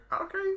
okay